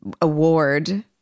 award